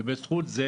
ובזכות זה